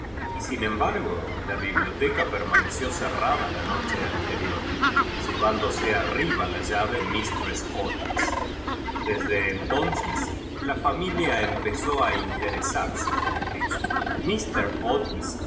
y sin embargo la biblioteca permaneció cerrada la noche anterior llevándose arriba la llave mistress otis desde entóneos la familia empezó a inte resarse por aquello